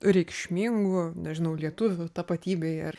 reikšmingu nežinau lietuvių tapatybei ar